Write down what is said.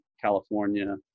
California